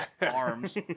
Arms